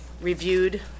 reviewed